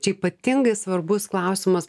čia ypatingai svarbus klausimas